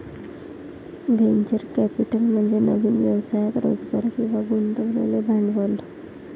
venture capital म्हणजे नवीन व्यवसायात रोजगार किंवा गुंतवलेले भांडवल